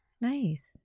nice